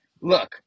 look